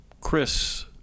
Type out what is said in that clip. Chris